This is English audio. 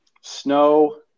Snow